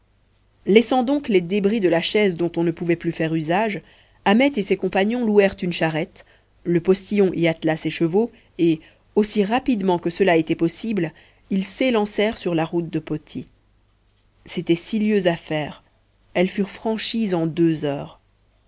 laissant donc les débris de la chaise dont on ne pouvait plus faire usage ahmet et ses compagnons louèrent une charrette le postillon y attela ses chevaux et aussi rapidement que cela était possible ils s'élancèrent sur la route de poti c'étaient six lieues à faire elles furent franchies en deux heures